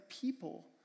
people